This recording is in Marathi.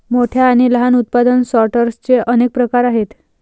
मोठ्या आणि लहान उत्पादन सॉर्टर्सचे अनेक प्रकार आहेत